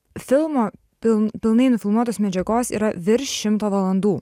filmo pil pilnai nufilmuotos medžiagos yra virš šimto valandų